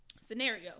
scenario